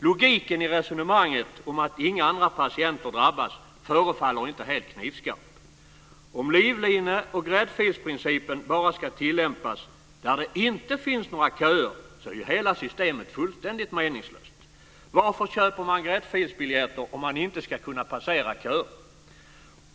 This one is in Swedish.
Logiken i resonemanget om att inga andra patienter drabbas förefaller inte helt knivskarp. Om "livline och gräddfilsprincipen" bara ska tillämpas om det inte finns några köer så är hela systemet meningslöst. Varför köper man gräddfilsbiljetter om man inte ska kunna passera köer?